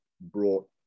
brought